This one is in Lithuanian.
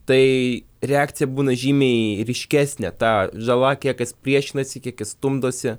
tai reakcija būna žymiai ryškesnė ta žala kiek kas priešinasi kiek jis stumdosi